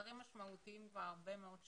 מחוסרים משמעותיים כבר הרבה מאוד שנים.